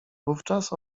wówczas